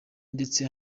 ndetse